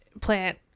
plant